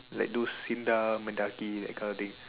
like those SINDA Mendaki that kind of thing